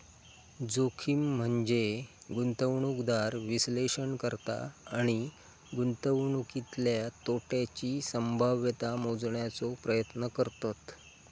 जोखीम म्हनजे गुंतवणूकदार विश्लेषण करता आणि गुंतवणुकीतल्या तोट्याची संभाव्यता मोजण्याचो प्रयत्न करतत